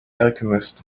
alchemist